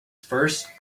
first